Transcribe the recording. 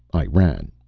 i ran.